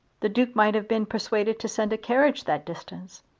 the duke might have been persuaded to send a carriage that distance.